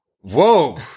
Whoa